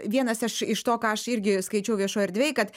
vienas aš iš to ką aš irgi skaičiau viešoj erdvėj kad